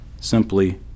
Simply